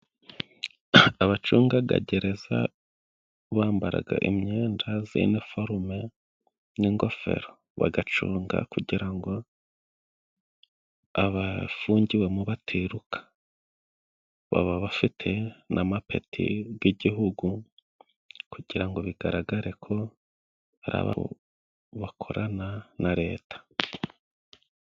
Abacungaga gereza bambaraga imyenda z'iniforume n' ingofero. Bagacunga kugira ngo abafungiwemo batiruka, baba bafite n'amapeti g' igihugu kugira ngo bigaragare ko ha bakorana na leta.